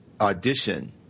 audition